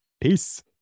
Peace